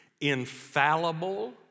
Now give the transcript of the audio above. infallible